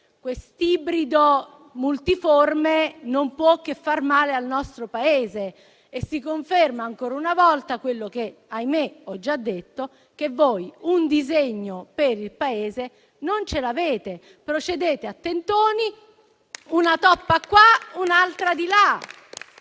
Questo ibrido multiforme non può che far male al nostro Paese e si conferma, ancora una volta, quello che - ahimè - ho già detto, cioè che non avete un disegno per il Paese, ma procedete a tentoni, una toppa qua, un'altra di là.